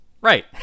right